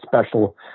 special